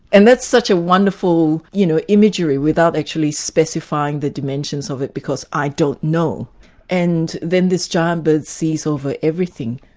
and that's such a wonderful you know imagery, without actually specifying the dimensions of it, because i don't know and then this giant birds sees over everything.